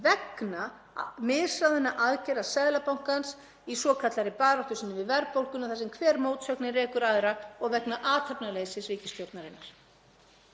vegna misráðinna aðgerða Seðlabankans í svokallaðri baráttu sinni við verðbólguna, þar sem hver mótsögnin rekur aðra, og vegna athafnaleysis ríkisstjórnarinnar.